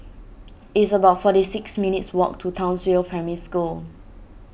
it's about forty six minutes' walk to Townsville Primary School